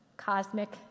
cosmic